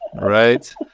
Right